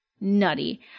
nutty